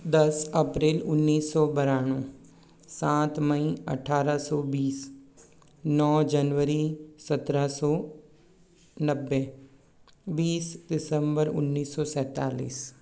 दस अप्रेल उन्नीस सौ बानबे सात मई अट्ठारह सौ बीस नौ जनवरी सत्रह सौ नब्बे बीस दिसम्बर उन्नीस सो सैंतालिस